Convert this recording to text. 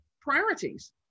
priorities